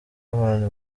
abantu